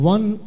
One